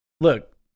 look